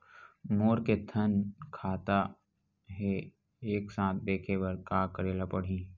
मोर के थन खाता हे एक साथ देखे बार का करेला पढ़ही?